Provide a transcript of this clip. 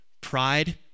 Pride